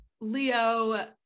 Leo